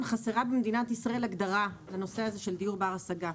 חסרה במדינת ישראל הגדרה לנושא הזה של דיור בר השגה.